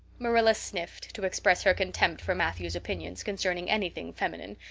marilla sniffed, to express her contempt for matthew's opinions concerning anything feminine,